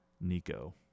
Nico